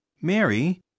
Mary